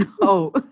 No